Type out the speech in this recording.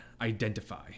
identify